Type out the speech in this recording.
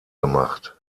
gemacht